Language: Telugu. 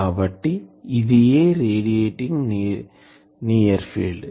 కాబట్టి ఇదియే రేడియేటింగ్ నియర్ ఫీల్డ్